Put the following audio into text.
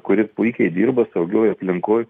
kuri puikiai dirba saugioj aplinkoj